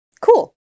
Cool